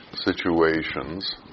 situations